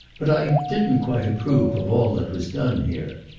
but i didn't quite approve of all that was done here.